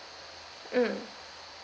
mm